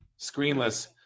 Screenless